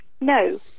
No